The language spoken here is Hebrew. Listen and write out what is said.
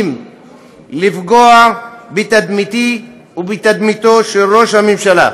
לפגוע בתדמיתי ובתדמיתו של ראש הממשלה,